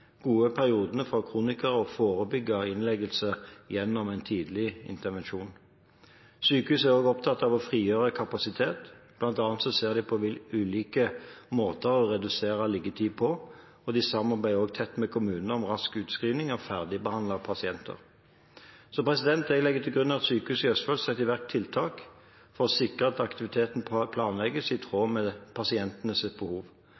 gode periodene for kronikere og forebygge innleggelse gjennom en tidlig intervensjon. Sykehuset er også opptatt av å frigjøre kapasitet. Blant annet ser de på ulike måter å redusere liggetid på, og de samarbeider også tett med kommunene om rask utskrivning av ferdigbehandlede pasienter. Jeg legger til grunn at Sykehuset Østfold setter i verk tiltak for å sikre at aktiviteten planlegges i tråd med pasientenes behov.